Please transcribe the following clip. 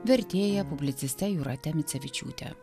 vertėja publiciste jūrate micevičiūte